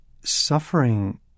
Suffering